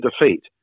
defeat